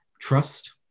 trust